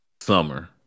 Summer